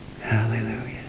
Hallelujah